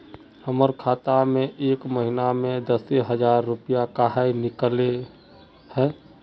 हमर खाता में एक महीना में दसे हजार रुपया काहे निकले है?